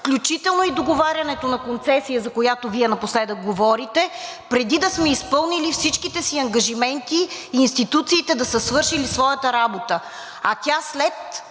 включително и договарянето на концесия, за която Вие напоследък говорите, преди да сме изпълнили всичките си ангажименти и институциите да са свършили своята работа. А тя, след